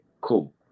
cool